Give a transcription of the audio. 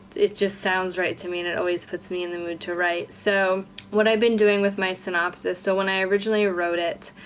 it just sounds right to me and it always puts me in the mood to write. so what i've been doing with my synopsis, so when i originally wrote it,